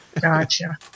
Gotcha